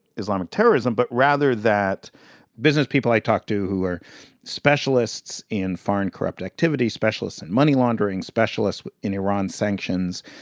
islamic terrorism but rather that business people i talked to who are specialists in foreign corrupt activity, specialists in money laundering, specialists in iran sanctions,